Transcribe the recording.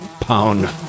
pound